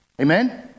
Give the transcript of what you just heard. Amen